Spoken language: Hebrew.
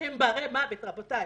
הם ברי מוות, רבותי.